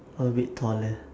a bit taller